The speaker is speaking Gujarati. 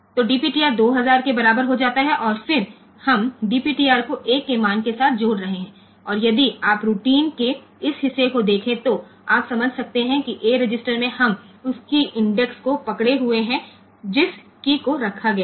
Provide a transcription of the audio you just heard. તેથી DPTR 2000 ની બરાબર થઈ જાય છે અને પછી આપણે DPTR સાથે A નું મૂલ્ય ઉમેરી રહ્યા છીએ અને જો આપણે રૂટિન ના આ ભાગને જોઈએ તો આપણે સમજી શકીએ કે A રજિસ્ટરમાં આપણે કી ઈન્ડેક્સ રાખીએ છીએ જે મૂકવામાં આવ્યો છે